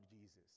Jesus